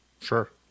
Sure